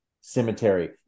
cemetery